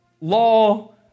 law